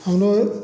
हम लोग